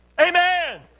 Amen